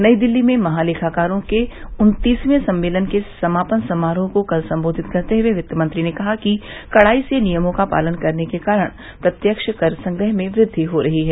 नई दिल्ली में महालेखाकारों के उन्तीसर्वे सम्मेलन के समापन समारोह को कल संबोधित करते हुए वित्तमंत्री ने कहा कि कड़ाई से नियमों का पालन करने के कारण प्रत्यक्ष कर संग्रह में वृद्धि हो रही है